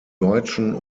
deutschen